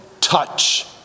touch